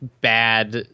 bad